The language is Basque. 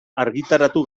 argitaratu